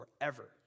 forever